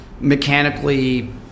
mechanically